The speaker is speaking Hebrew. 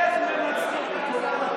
איך תנצחו את הקורונה,